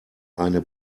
eine